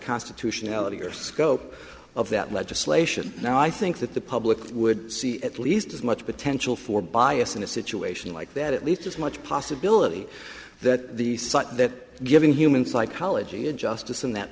constitutionality or scope of that legislation now i think that the public would see at least as much potential for bias in a situation like that at least as much possibility that the slut that given human psychology and justice in that